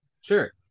Sure